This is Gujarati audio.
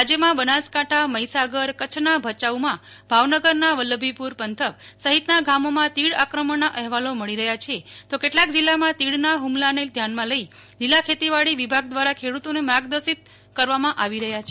રાજ્યમાં બનાસકાંઠા મહીસાગરકચ્છના ભચાઉમાં ભાવનગરના વલ્લભીપુ ર પંથક સહિતના ગામોમાં તીડ આક્રમણના અહેવાલ મળી રહયા છે તો કેટલાક જિલ્લામાં તીડના હુમલાને ધ્યાનમાં લઈ ખેતીવાડી વિભાગ દ્રારા ખેડુતોને માર્ગદર્શિકા કરવામાં આવી રહ્યા છે